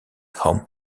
home